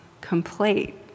complete